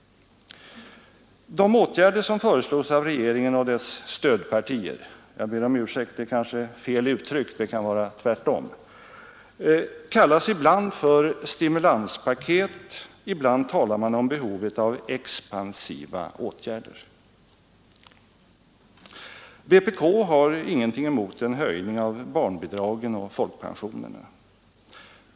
De åtgärder som föreslås av regeringen och dess stödpartier — jag ber om ursäkt, det är kanske fel uttryck, det kan vara tvärtom — kallas ibland stimulanspaket, ibland talar man om behovet av expansiva åtgärder. Vpk har ingenting emot en höjning av barnbidragen och folkpensionerna.